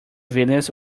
villains